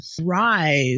thrive